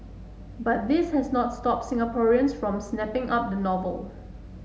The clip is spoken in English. but this has not stopped Singaporeans from snapping up the novel